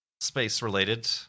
Space-related